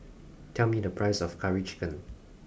tell me the price of Curry Chicken